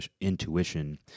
intuition